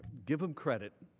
give him credit